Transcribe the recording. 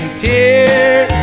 tears